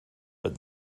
but